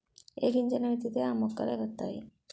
ఏ గింజల్ని విత్తితే ఆ మొక్కలే వతైయి